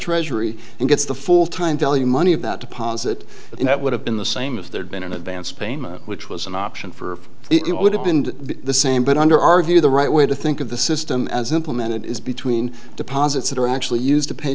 treasury and gets the full time value money of that deposit it would have been the same if there'd been an advance payment which was an option for it would have been the same but under our view the right way to think of the system as implemented is between deposits that are actually used to pay